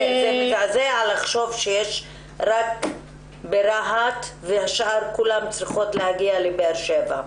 מזעזע לחשוב שיש רק ברהט והשאר כולן צריכות להגיע לבאר שבע.